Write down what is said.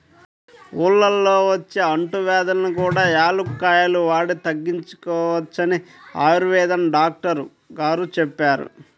ఊళ్ళల్లో వచ్చే అంటువ్యాధుల్ని కూడా యాలుక్కాయాలు వాడి తగ్గించుకోవచ్చని ఆయుర్వేదం డాక్టరు గారు చెప్పారు